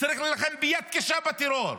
וצריך להילחם ביד קשה בטרור,